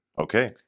Okay